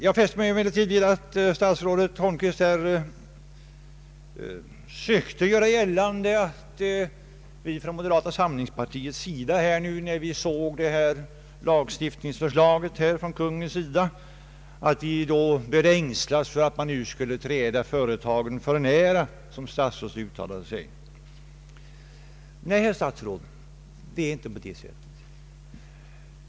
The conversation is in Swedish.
Jag fäste mig emellertid vid att statsrådet Holmqvist försökte göra gällande att vi från moderata samlingspartiets sida efter att ha läst lagstiftningsförslaget från Kungl. Maj:t börjat ängslas för att man nu skulle träda företagen för nära, som statsrådet uttryckte sig. Nej, herr statsråd, det är inte på det sättet.